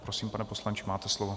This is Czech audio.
Prosím, pane poslanče, máte slovo.